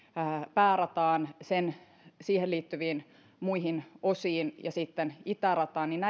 päärataan siihen liittyviin muihin osiin ja sitten itärataan niin